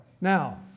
Now